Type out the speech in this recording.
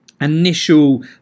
initial